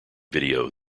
video